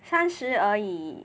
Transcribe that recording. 三十而已